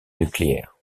nucléaires